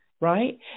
right